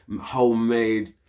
homemade